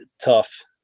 tough